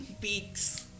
beaks